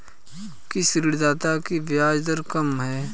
किस ऋणदाता की ब्याज दर कम है?